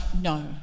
no